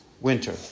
Winter